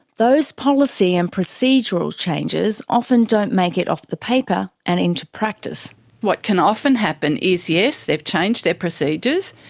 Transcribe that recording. those policy and procedural changes often don't make it off the paper and into practice what can often happen is yes, they've changed their procedures,